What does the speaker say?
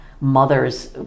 mothers